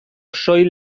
soil